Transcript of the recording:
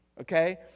okay